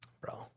Bro